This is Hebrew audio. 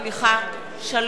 ליה